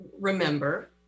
remember